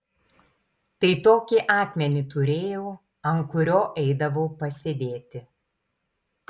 tai tokį akmenį turėjau ant kurio eidavau pasėdėti